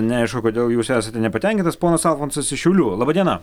neaišku kodėl jūs esate nepatenkintas ponas alfonsas iš šiaulių laba diena